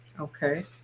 okay